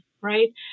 right